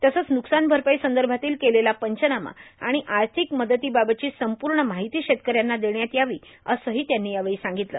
तसंच न्रकसान भरपाईसंदभातील केलेला पंचनामा आर्माण आर्मथक मदतीबाबतची संपूण मार्गाहती शेतकऱ्यांना देण्यात यावी असंहां त्यांनी यावेळी सांगगतलं